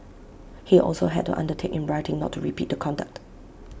he also had to undertake in writing not to repeat the conduct